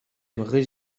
run